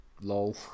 lol